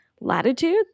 latitude